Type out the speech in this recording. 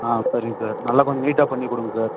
ஆ சரிங்க சார் நல்லா கொஞ்சம் நீட்டாக பண்ணி கொடுங்க சார்